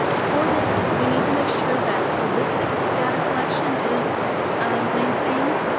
for this we need to make sure that holistic data collection is maintained,